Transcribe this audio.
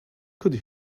could